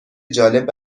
جالب